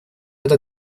это